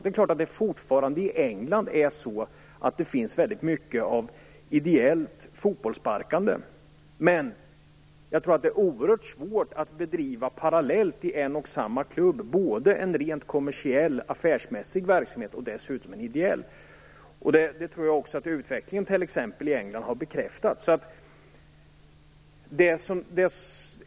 Det är klart att det där fortfarande finns mycket av ideellt fotbollssparkande. Men jag tror att det är oerhört svårt att i en och samma klubb parallellt bedriva både en rent kommersiell affärsmässig verksamhet och en ideell verksamhet. Det tror jag också att utvecklingen i t.ex. England har bekräftat.